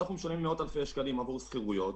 אנחנו משלמים מאות אלפי שקלים עבור שכירויות.